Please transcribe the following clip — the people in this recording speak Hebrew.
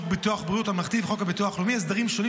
ביטוח בריאות ממלכתי וחוק הביטוח הלאומי הסדרים שונים